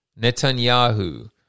Netanyahu